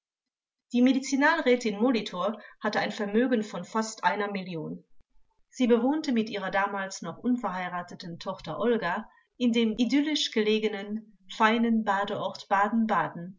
die medizinalrätin molitor hatte ein vermögen von fast einer million sie bewohnte mit ihrer damals noch unverheirateten tochter olga in dem idyllisch belegenen nen feinen badeort